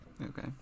Okay